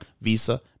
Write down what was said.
Visa